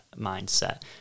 mindset